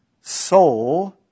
soul